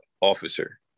officer